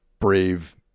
Brave